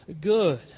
good